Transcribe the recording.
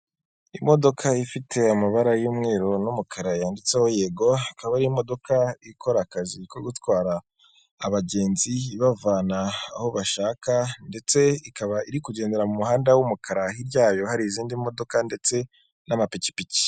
Imodoka ifite amabara y'umweru n'umukara yanditseho Yego, ikaba ari imodoka ikora akazi ko gutwara abagenzi ibavana aho bashaka ndetse ikaba iri kugendera mu muhanda w'umukara, hirya yayo hari izindi modoka ndetse n'amapikipiki.